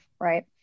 right